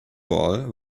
wall